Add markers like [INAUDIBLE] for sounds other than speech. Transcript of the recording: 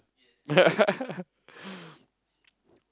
yeah [LAUGHS]